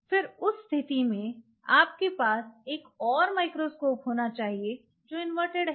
फिर उस स्थिति में आपके पास एक और माइक्रोस्कोप होना चाहिए जो इनवर्टेड है